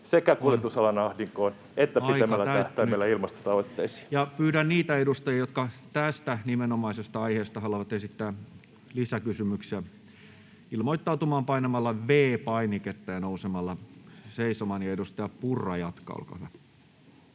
ilmastotoimista (Riikka Purra ps) Time: 16:04 Content: Ja pyydän niitä edustajia, jotka tästä nimenomaisesta aiheesta haluavat esittää lisäkysymyksiä, ilmoittautumaan painamalla V-painiketta ja nousemalla seisomaan. — Ja edustaja Purra jatkaa,